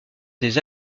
des